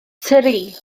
tri